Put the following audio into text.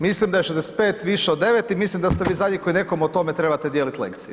Mislim da je 65 više od 9 i da ste vi zadnji koji nekom o tome trebate dijeliti lekcije.